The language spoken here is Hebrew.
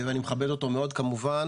ואני מכבד אותו מאוד, כמובן